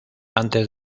antes